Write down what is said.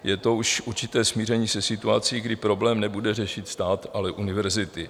Je to už určité smíření se situací, kdy problém nebude řešit stát, ale univerzity.